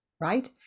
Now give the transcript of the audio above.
right